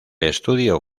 estudio